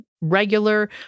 regular